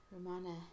Romana